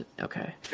okay